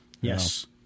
Yes